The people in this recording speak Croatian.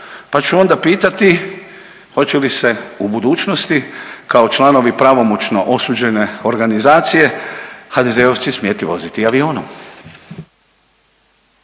pa ću onda pitati hoće li se u budućnosti kao članovi pravomoćno osuđene organizacije HDZ-ovci smjeti voziti avionom?